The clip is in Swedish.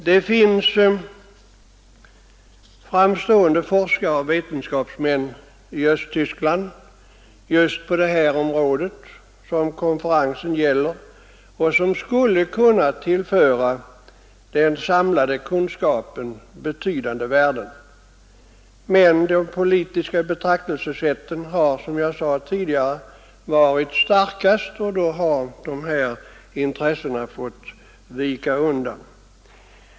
Det finns framstående forskare och vetenskapsmän i Östtyskland just på det område som konferensen gäller, som skulle kunna tillföra den samlade kunskapen betydande värden. Men de politiska betraktelsesätten har — som jag sade tidigare — varit starkast, och de andra intressena har fått vika undan.